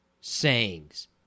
sayings